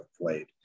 played